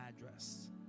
address